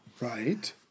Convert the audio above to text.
Right